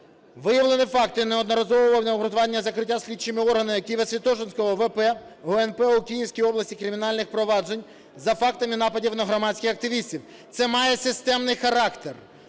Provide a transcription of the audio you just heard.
Виявлені факти неодноразового та необґрунтованого закриття слідчими органами Києво-Святошинського ВП ГУНП в Київській області кримінальних проваджень за фактами нападів на громадських активістів. Це має системний характер!